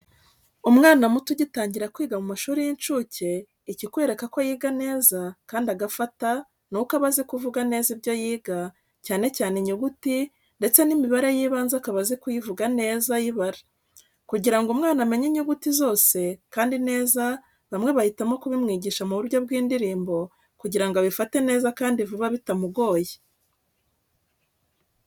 Umwana muto ugitangira kwiga mu mashuri y'incuke, ikikwereka ko yiga neza kandi agafata nuko aba azi kuvuga neza ibyo yiga cyane cyane inyuguti ndetse n'imibare y'ibanze akaba azi kuyivuga neza ayibara. Kugira ngo umwana amenye inyuguti zose kandi neza bamwe bahitamo kubimwigisha mu buryo bw'indirimbo kugira ngo abifate neza kandi vuba bitamugoye.